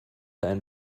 einen